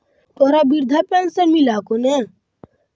तोहरा वृद्धा पेंशन मिलहको ने?